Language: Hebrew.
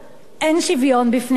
אין שוויון בפני החוק.